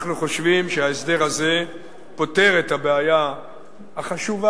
אנחנו חושבים שההסדר הזה פותר את הבעיה החשובה